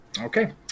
Okay